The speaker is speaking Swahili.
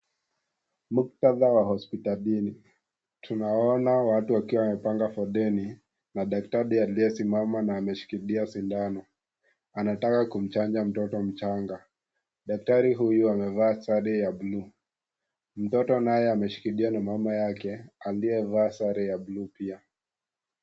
Muktadha wa hospitalini. Tunawaona watu wakiwa wamepanga foleni na daktari aliyesimama na ameshikilia sindano anataka kumchanja mtoto mchanga. Daktari huyu amevaa sare ya bluu. Mtoto naye ameshikiliwa na mama yake aliyevaa sare ya bluu pia.